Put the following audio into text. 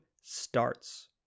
starts